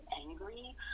angry